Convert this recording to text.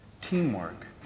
Teamwork